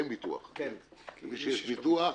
למי שיש ביטוח,